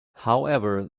however